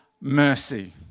mercy